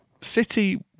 City